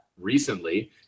recently